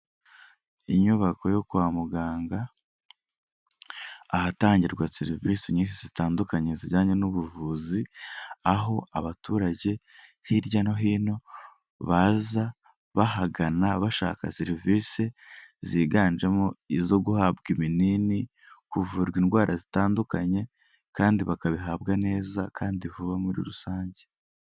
Inyubako yo kwa muganga, ahatangirwa serivise nyinshi zitandukanye zijyanye n'ubuvuzi aho abaturage hirya no hino baza bahagana, bashaka serivise ziganjemo izo guhabwa ibinini, kuvurwa indwara zitandukanye kandi bakabihabwa neza kandi vuba muri rusange.